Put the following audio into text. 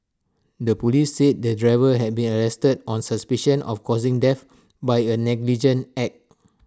the Police said the driver has been arrested on suspicion of causing death by A negligent act